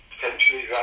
potentially